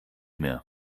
mehr